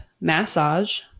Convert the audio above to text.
massage